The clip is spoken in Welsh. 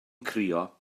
crio